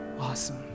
Awesome